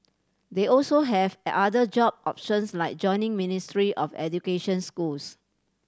they also have other job options like joining Ministry of Education schools